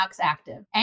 Active